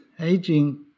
aging